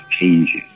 changes